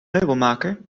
meubelmaker